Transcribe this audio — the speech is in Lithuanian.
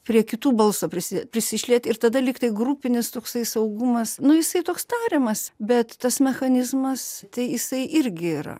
prie kitų balso prisi prisišlieti ir tada lyg tai grupinis toksai saugumas nu jisai toks tariamas bet tas mechanizmas tai jisai irgi yra